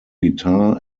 guitar